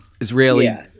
Israeli –